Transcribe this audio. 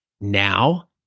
now